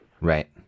Right